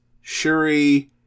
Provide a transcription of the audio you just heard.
Shuri